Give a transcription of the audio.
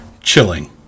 Chilling